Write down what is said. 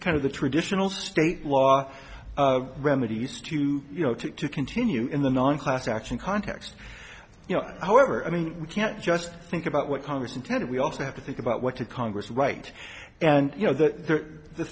kind of the traditional state law of remedies to you know to to continue in the non class action context you know however i mean we can't just think about what congress intended we also have to think about what the congress write and you know that the